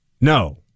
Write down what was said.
No